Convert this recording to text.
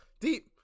Deep